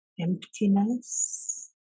emptiness